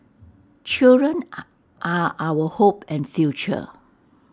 children are are our hope and future